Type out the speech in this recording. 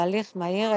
בהליך מהיר,